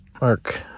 Mark